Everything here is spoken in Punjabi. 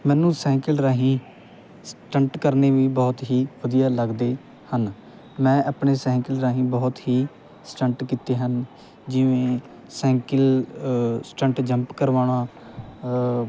ਮੈਨੂੰ ਸਾਈਕਲ ਰਾਹੀਂ ਸਟੰਟ ਕਰਨੇ ਵੀ ਬਹੁਤ ਹੀ ਵਧੀਆ ਲੱਗਦੇ ਹਨ ਮੈਂ ਆਪਣੇ ਸਾਈਕਲ ਰਾਹੀਂ ਬਹੁਤ ਹੀ ਸਟੰਟ ਕੀਤੇ ਹਨ ਜਿਵੇਂ ਸਾਈਕਲ ਸਟੰਟ ਜੰਪ ਕਰਵਾਉਣਾ